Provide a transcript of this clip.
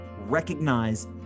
recognize